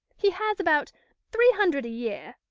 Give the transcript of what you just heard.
he has about three hundred a year.